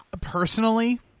personally